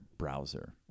browser